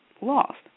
lost